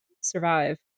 survive